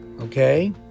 Okay